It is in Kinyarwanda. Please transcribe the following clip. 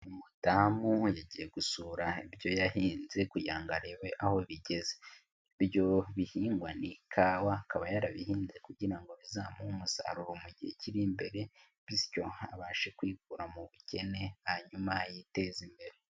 Umudamu wajyiye gusura ibyo yahinze kujyirango arebe aho bijyeze, ibyo bihingwa ni ikawa akaba yarabihinze kujyirango bizamuhe umusaruro mu gihe kiri imbere bityo abashe kwiteza imbere.